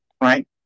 right